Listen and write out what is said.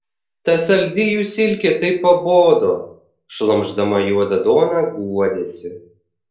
ta saldi jų silkė taip pabodo šlamšdama juodą duoną guodėsi